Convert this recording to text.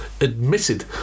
admitted